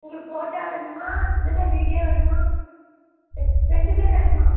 உங்களுக்கு ஃபோட்டோ வேணுமா இல்லைன்னா வீடியோ வேணுமா ரெண்டும் வேணுமா